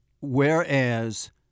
whereas